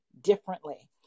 differently